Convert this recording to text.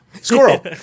Squirrel